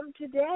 today